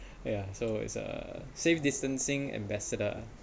ya so it's uh safe distancing ambassador